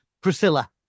priscilla